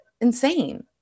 insane